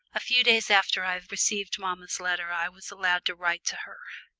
a few days after i received mamma's letter i was allowed to write to her.